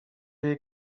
jej